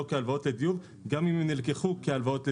כהלוואות לדיור גם אם הן נלקחו כהלוואות לדיור.